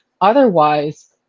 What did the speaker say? Otherwise